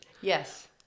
yes